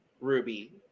Ruby